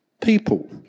people